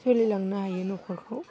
सोलिलांनो हायो नख'रखौ